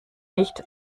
nicht